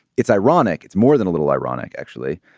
it's ironic. it's more than a little ironic, actually,